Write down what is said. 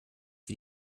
für